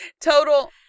total